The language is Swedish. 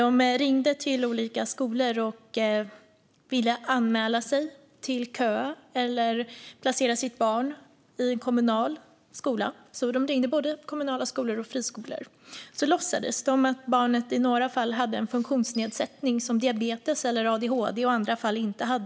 De ringde till friskolor för att ställa barn i kö och till kommunala skolor för att placera barn där. I några fall låtsades de att barnet hade en funktionsnedsättning, såsom diabetes eller adhd, i andra fall inte.